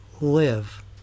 live